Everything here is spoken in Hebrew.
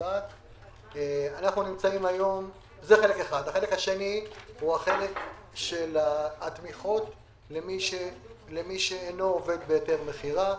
החלק השני הוא התמיכות למי שאינו עובד בהיתר מכירה,